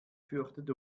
fürchtet